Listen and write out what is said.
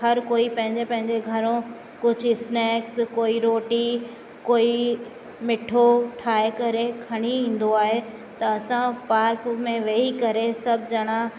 हर कोई पंहिंजे पंहिंजे घरो कुझु स्नैक्स कोई रोटी कोई मिठो ठाहे करे खणी ईंदो आहे त असां पार्क में वेही करे सभु ॼणा